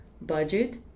budget